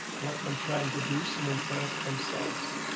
let them try and to do some info for themselves.